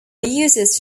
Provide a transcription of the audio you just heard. users